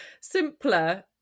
simpler